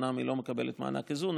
אומנם היא לא מקבלת מענק איזון,